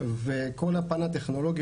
וכל הפן הטכנולוגי,